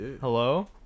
Hello